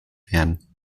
werden